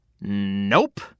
Nope